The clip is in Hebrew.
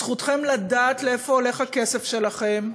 זכותכם לדעת לאיפה הולך הכסף שלכם,